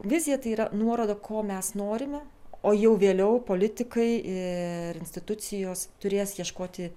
vizija tai yra nuoroda ko mes norime o jau vėliau politikai ir institucijos turės ieškoti